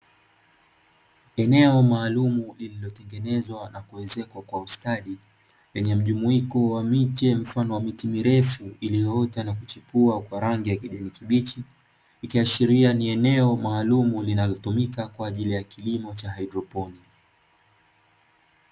Eneo maalumu lililotengenezwa na kuezekwa kwa ustadi, lenye mjumuiko wa miche mfano wa miti mirefu, iliyoota na kuchipua kwa rangi ya kijani kibichi, ikiashiria ni eneo maalumu linalotumika kwa ajili ya kilimo cha haidroponi.